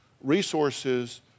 resources